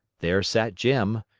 there sat jim,